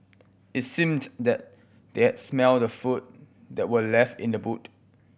it seemed that they had smelt the food that were left in the boot